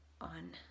on